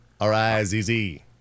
R-I-Z-Z